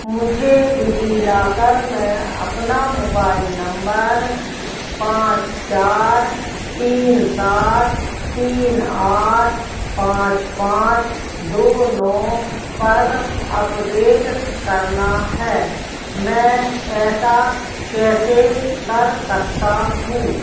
मुझे डिजिलॉकर में अपना मोबाइल नंबर पाँच चार तीन सात तीन आठ पाँच पाँच दो नौ पर अपडेट करना है मैं ऐसा कैसे कर सकता हूँ